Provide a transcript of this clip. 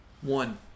One